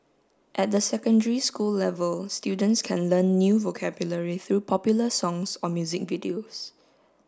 at the secondary school level students can learn new vocabulary through popular songs or music videos